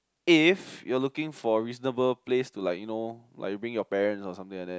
if you are looking for reasonable place like you know might bring your parent or something like that